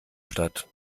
statt